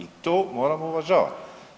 I to moramo uvažavati.